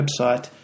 website